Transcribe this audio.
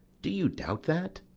do you doubt that?